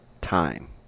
time